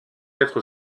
être